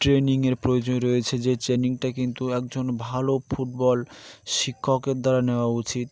ট্রেনিংয়ের প্রয়োজন রয়েছে যে ট্রেনিংটা কিন্তু একজন ভালো ফুটবল শিক্ষকের দ্বারা নেওয়া উচিত